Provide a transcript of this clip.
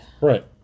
right